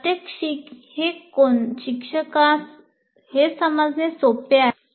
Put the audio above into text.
प्रात्यक्षिक हे कोणत्याही शिक्षकास हे समजणे सोपे आहे